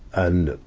and,